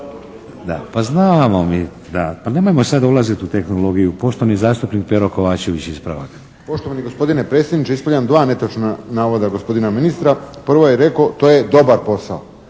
… Pa znamo mi, pa nemojmo sada ulaziti u tehnologiju. Poštovani zastupnik Pero Kovačević ispravak.